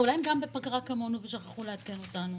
אולי הם גם בפגרה כמונו ושכחו לעדכן אותנו?